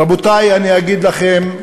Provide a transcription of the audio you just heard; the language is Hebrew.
רבותי, אני אגיד לכם,